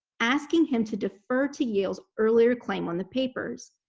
asking him to defer to yale's earlier claim on the papers.